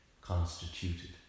constituted